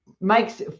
makes